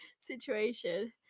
situation